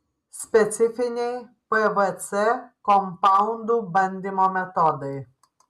specifiniai pvc kompaundų bandymo metodai